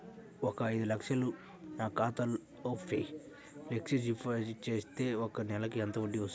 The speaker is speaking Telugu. ఒక ఐదు లక్షలు నా ఖాతాలో ఫ్లెక్సీ డిపాజిట్ చేస్తే ఒక నెలకి ఎంత వడ్డీ వర్తిస్తుంది?